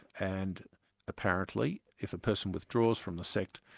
and apparently if a person withdraws from the sect,